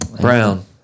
Brown